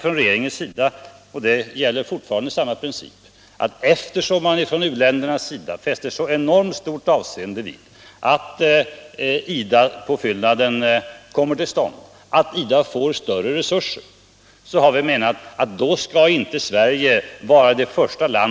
Från regeringens sida har vi menat — och samma princip gäller fortfarande — att eftersom man från u-ländernas sida fäster så stort avseende vid att IDA får större resurser, skall inte Sverige vara ett land som sviker.